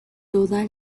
toda